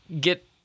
get